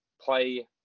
play